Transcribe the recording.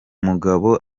mugabo